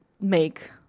make